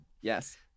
Yes